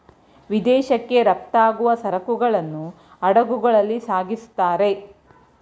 ವಿದೇಶಕ್ಕೆ ರಫ್ತಾಗುವ ಸರಕುಗಳನ್ನು ಹಡಗುಗಳಲ್ಲಿ ಸಾಗಿಸುತ್ತಾರೆ